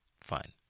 Fine